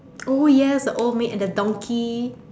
oh yes the old maid and the donkey